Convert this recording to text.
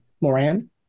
Moran